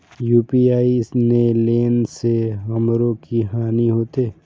UPI ने लेने से हमरो की हानि होते?